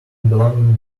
belonging